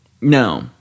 no